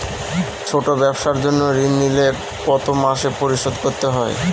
ছোট ব্যবসার জন্য ঋণ নিলে কত মাসে পরিশোধ করতে হয়?